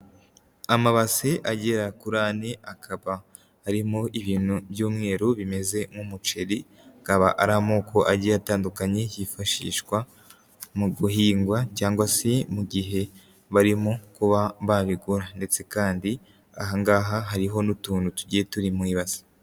Amabase agera kuri ane akaba harimo ibintu byu'mweru bimeze nk'umuceri, akaba ari amoko agiye atandukanye hifashishwa mu guhingwa cyangwa se mu gihe barimo kuba babigura ndetse kandi aha ngaha hariho n'utuntu tugiye turi mu ibase.